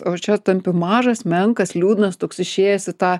o čia tampi mažas menkas liūdnas toks išėjęs į tą